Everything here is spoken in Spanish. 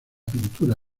pintura